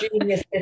genius